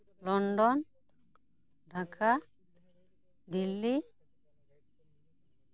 London Dhaka Delhi